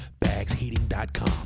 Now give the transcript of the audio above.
bagsheating.com